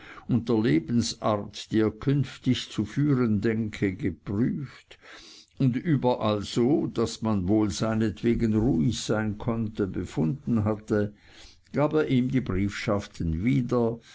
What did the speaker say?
der lebensart die er künftig zu führen denke geprüft und überall so daß man wohl seinetwegen ruhig sein konnte befunden hatte gab er ihm die briefschaften wieder